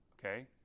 okay